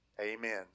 Amen